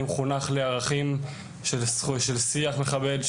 אני מחונך לערכים של שיח מכבד,